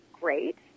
great